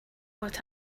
what